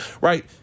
right